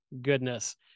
goodness